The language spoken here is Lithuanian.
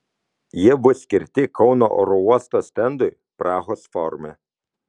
jie bus skirti kauno oro uosto stendui prahos forume